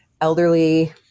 elderly